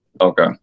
okay